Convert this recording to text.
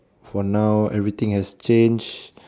for now everything has changed